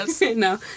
No